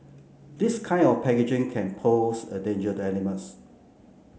this kind of packaging can pose a danger to animals